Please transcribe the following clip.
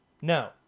No